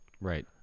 Right